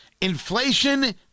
Inflation